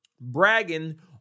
bragging